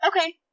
Okay